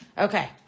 Okay